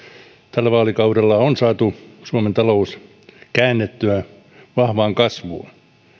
tällä vaalikaudella on saatu suomen talous käännettyä vahvaan kasvuun